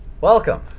Welcome